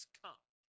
come